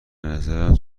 نظرم